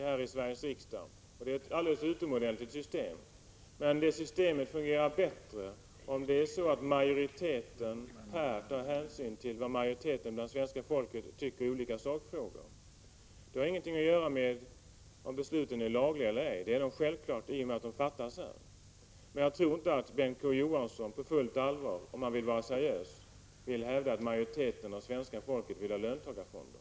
Herr talman! Vi har ett alldeles utomordentligt system för att fatta beslut här i Sveriges riksdag. Men det systemet fungerar bättre om majoriteten i riksdagen tar hänsyn till vad majoriteten av svenska folket tycker i olika sakfrågor. Det har ingenting att göra med om besluten är lagliga eller ej, det är de självfallet i och med att de fattas här. Om Bengt K. Å. Johansson vill vara seriös tror jag inte att han på fullt allvar vill hävda att majoriteten av svenska folket vill ha löntagarfonder.